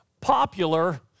popular